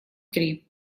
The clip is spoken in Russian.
три